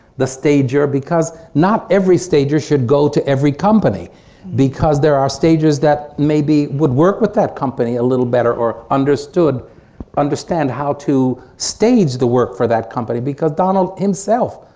the stager because not every stager should go to every company because there are stages that maybe would work with that company a little better or understood understand how to stage the work that company because donald himself